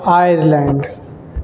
Ireland